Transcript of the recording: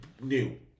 new